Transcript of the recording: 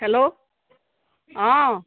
hello অঁ